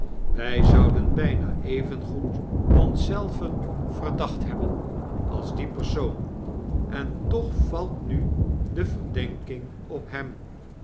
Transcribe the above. wy zouden bijna evengoed ons zelven verdacht hebben als dien persoon en toch valt nu de verdenking op hem